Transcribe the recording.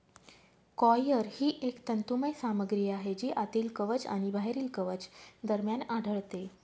coir ही एक तंतुमय सामग्री आहे जी आतील कवच आणि बाहेरील कवच दरम्यान आढळते